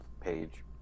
page